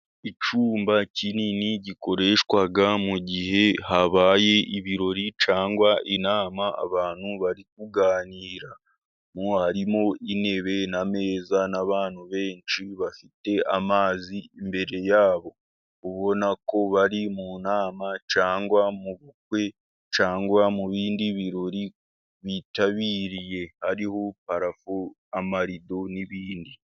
Icyumba kinini gikoreshwa mu gihe habaye ibirori, cyangwa inama. Abantu bari kuganira mo harimo intebe, ameza n'abantu benshi bafite amazi imbere yabo. Ubona ko bari mu nama cyangwa mu bukwe cyangwa mu bindi birori bitabiriye. Hariho parafo amarido n'ibindi.